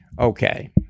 Okay